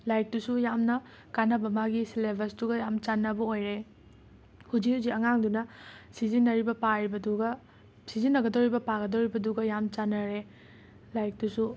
ꯂꯥꯏꯔꯤꯛꯇꯨꯁꯨ ꯌꯥꯝꯅ ꯀꯥꯟꯅꯕ ꯃꯥꯒꯤ ꯁꯤꯂꯦꯕꯁꯇꯨꯒ ꯌꯥꯝꯅ ꯆꯥꯟꯅꯕ ꯑꯣꯏꯔꯦ ꯍꯧꯖꯤꯛ ꯍꯧꯖꯤꯛ ꯑꯉꯥꯡꯗꯨꯅ ꯁꯤꯖꯤꯟꯅꯔꯤꯕ ꯄꯥꯔꯤꯕꯗꯨꯒ ꯁꯤꯖꯤꯟꯅꯒꯗꯣꯔꯤꯕ ꯄꯥꯒꯗꯣꯔꯤꯕꯗꯨꯒ ꯌꯥꯝꯅ ꯆꯥꯟꯅꯔꯦ ꯂꯥꯏꯔꯤꯛꯇꯨꯁꯨ